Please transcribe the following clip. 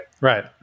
Right